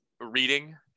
reading